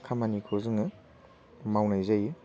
खामानिखौ जोङो मावनाय जायो